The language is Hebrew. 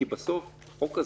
כי בסוף החוק הזה,